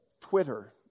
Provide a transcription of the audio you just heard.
Twitter